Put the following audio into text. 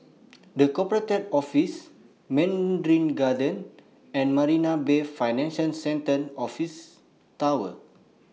The Corporate Office Mandarin Gardens and Marina Bay Financial Centre Office Tower